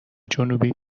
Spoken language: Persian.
جنوبی